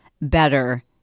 better